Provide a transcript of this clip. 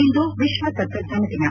ಇಂದು ವಿಶ್ವ ತಂತ್ರಜ್ಞಾನ ದಿನ